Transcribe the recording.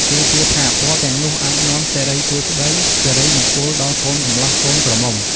គេជឿថាពណ៌ទាំងនោះអាចនាំសេរីសួស្តី សេរីមង្គលដល់កូនកំលោះ កូនក្រមុំ។